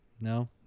No